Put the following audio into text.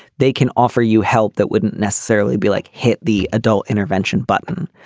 they can offer you help that wouldn't necessarily be like hit the adult intervention button.